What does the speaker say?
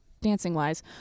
dancing-wise